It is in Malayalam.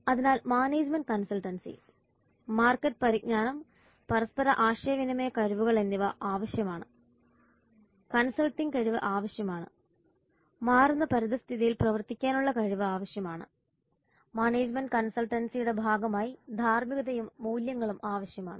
അതിനാൽ മാനേജ്മെന്റ് കൺസൾട്ടൻസി മാർക്കറ്റ് പരിജ്ഞാനം പരസ്പര ആശയവിനിമയ കഴിവുകൾ എന്നിവ ആവശ്യമാണ് കൺസൾട്ടിംഗ് കഴിവ് ആവശ്യമാണ് മാറുന്ന പരിതസ്ഥിതിയിൽ പ്രവർത്തിക്കാനുള്ള കഴിവ് ആവശ്യമാണ് മാനേജ്മെന്റ് കൺസൾട്ടൻസിയുടെ ഭാഗമായി ധാർമ്മികതയും മൂല്യങ്ങളും ആവശ്യമാണ്